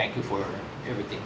thank you for everything